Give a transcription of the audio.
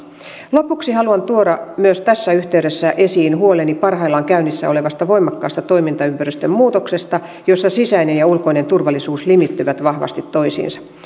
lopuksi haluan tuoda myös tässä yhteydessä esiin huoleni parhaillaan käynnissä olevasta voimakkaasta toimintaympäristön muutoksesta jossa sisäinen ja ulkoinen turvallisuus limittyvät vahvasti toisiinsa